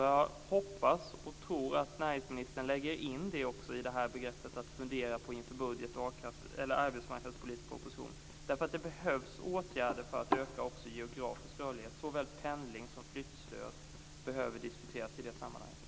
Jag hoppas och tror att näringsministern också lägger in detta när han funderar inför budget och arbetsmarknadspolitisk proposition. Det behövs åtgärder för att också öka den geografiska rörligheten. Såväl pendling som flyttstöd behöver diskuteras i det sammanhanget.